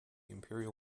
imperial